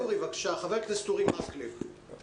חבר הכנסת אורי מקלב, בבקשה.